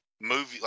movie